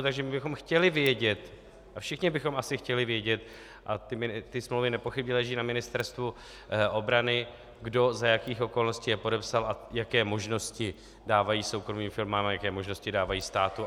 Takže my bychom chtěli vědět, a všichni bychom asi chtěli vědět, a ty smlouvy nepochybně leží na Ministerstvu obrany, kdo a za jakých okolností je podepsal a jaké možnosti dávají soukromým firmám a jaké možnosti dávají státu.